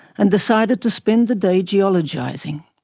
and decided to spend the day geologising.